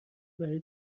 برای